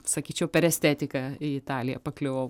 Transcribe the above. sakyčiau per estetiką į italiją pakliuvau